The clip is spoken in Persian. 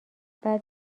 بعد